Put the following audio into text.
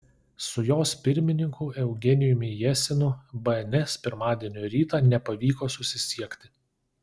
su jos pirmininku eugenijumi jesinu bns pirmadienio rytą nepavyko susisiekti